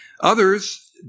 Others